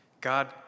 God